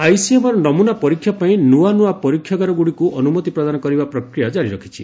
ICMR ନମୁନା ପରୀକ୍ଷା ପାଇଁ ନୂଆ ନୂଆ ପରୀକ୍ଷାଗାରଗୁଡ଼ିକୁ ଅନ୍ତମତି ପ୍ରଦାନ କରିବା ପ୍ରକ୍ରିୟା ଜାରି ରଖିଛି